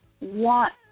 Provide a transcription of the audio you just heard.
want